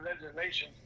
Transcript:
legislation